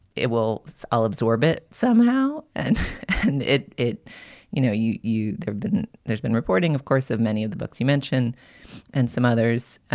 it will all absorb it somehow. and and it it you know, you didn't. there's been there's been reporting, of course, of many of the books you mentioned and some others,